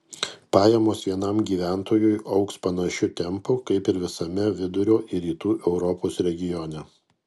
pajamos vienam gyventojui augs panašiu tempu kaip ir visame vidurio ir rytų europos regione